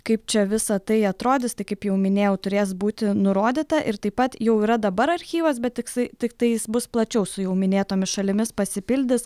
kaip čia visa tai atrodys tai kaip jau minėjau turės būti nurodyta ir taip pat jau yra dabar archyvas bet tiksai tiktai jis bus plačiau su jau minėtomis šalimis pasipildys